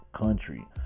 country